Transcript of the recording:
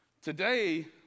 Today